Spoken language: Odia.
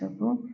ସବୁ